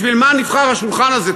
בשביל מה נבחר השולחן הזה,